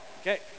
Okay